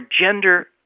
gender